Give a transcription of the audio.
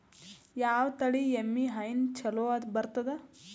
ಯಾವ ತಳಿ ಎಮ್ಮಿ ಹೈನ ಚಲೋ ಬರ್ತದ?